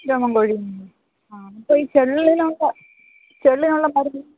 രോമം കൊഴിയുന്നുണ്ട് ഇപ്പോൾ ഈ ചെള്ളിനോ ചെള്ളിനുള്ള മരുന്ന്